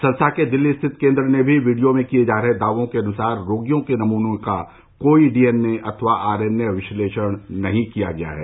संस्था के दिल्ली स्थित केन्द्र ने भी वीडियो में किये जा रहे दावों के अनुसार रोगियों के नमूनों का कोई डी एन ए अथवा आर एन ए विश्लेषण नहीं किया है